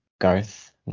Garth